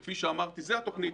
וכפי שאמרתי זו התוכנית.